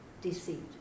deceit